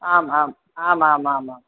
आम् आम् आम् आम् आम् आम्